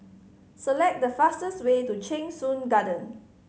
select the fastest way to Cheng Soon Garden